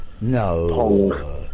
No